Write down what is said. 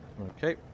Okay